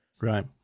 Right